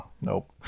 Nope